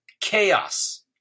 chaos